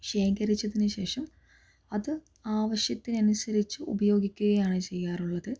ശേഖരിച്ചതിനുശേഷം അത് ആവശ്യത്തിനനുസരിച്ച് ഉപയോഗിക്കുകയാണ് ചെയ്യാറുള്ളത്